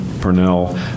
Purnell